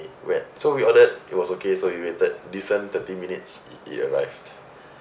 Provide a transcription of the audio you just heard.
we~ so we ordered it was okay so we waited less than thirty minutes it arrived